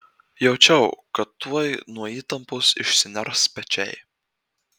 jaučiau kad tuoj nuo įtampos išsiners pečiai